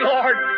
Lord